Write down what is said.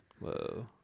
Whoa